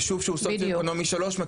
יישוב שהוא סוציו-אקונומי 3,